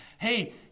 Hey